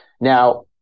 Now